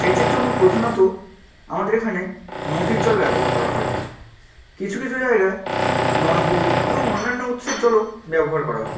সেচের জন্য প্রধানত আমাদের এখানে নদীর জল ব্যবহার করা হয় কিছু কিছু জায়গায় নলকূপ এবং অন্যান্য উৎসের জলও ব্যবহার করা হয়